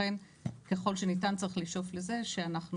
ולכן ככל שניתן צריך לשאוף לזה שאנחנו